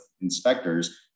inspectors